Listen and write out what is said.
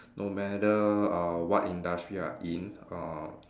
no matter uh what industry you're in uh